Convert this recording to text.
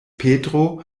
petro